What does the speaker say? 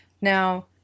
Now